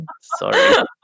Sorry